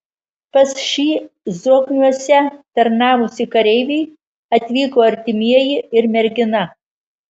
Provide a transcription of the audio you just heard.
pas šį zokniuose tarnavusį kareivį atvyko artimieji ir mergina